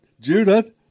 Judith